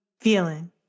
feeling